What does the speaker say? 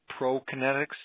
prokinetics